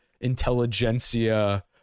intelligentsia